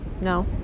no